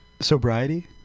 Sobriety